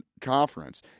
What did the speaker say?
conference